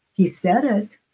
he said it.